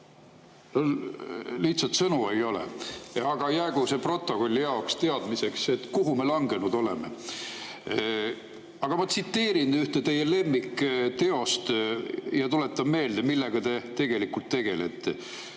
lihtsalt sõnu ei ole! Aga jäägu see protokolli teadmiseks, kuhu me langenud oleme. Aga ma tsiteerin ühte teie lemmikteost ja tuletan meelde, millega te tegelikult tegelete.